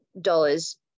dollars